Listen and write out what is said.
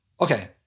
Okay